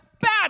bad